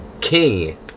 King